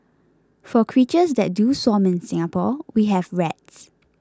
for creatures that do swarm in Singapore we have rats